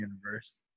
universe